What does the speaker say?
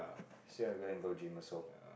so you going to go gym also